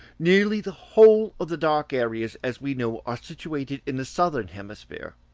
nearly the whole of the dark areas, as we know, are situated in the southern hemisphere,